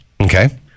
Okay